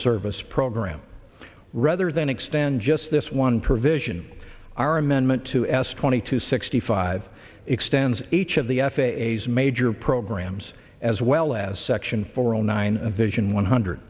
service program rather than extend just this one provision are amendment two s twenty two sixty five extends each of the f a s major programs as well as section four zero nine vision one hundred